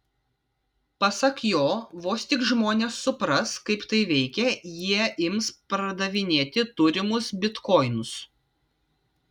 pasak jo vos tik žmonės supras kaip tai veikia jie ims pardavinėti turimus bitkoinus